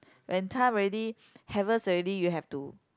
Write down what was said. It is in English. when time ready harvest already you have to